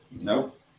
Nope